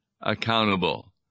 accountable